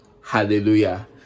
Hallelujah